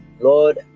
Lord